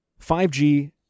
5G